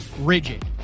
rigid